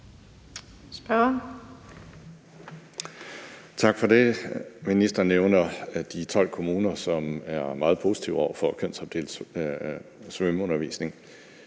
Tak for det. Ministeren nævner de 12 kommuner, som er meget positive over for kønsopdelt svømmeundervisning.